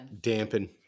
dampen